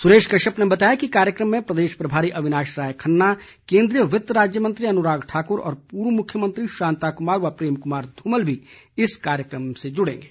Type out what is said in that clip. सुरेश कश्यप ने बताया कि कार्यक्रम में प्रदेश प्रभारी अविनाश राय खन्ना केन्द्रीय वित्त राज्य मंत्री अनुराग ठाकुर और पूर्व मुख्यमंत्री शांता कुमार व प्रेम कुमार धूमल भी इस कार्यक्रम में जुड़ेंगे